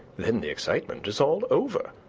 then the excitement is all over.